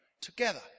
together